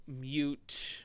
mute